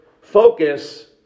focus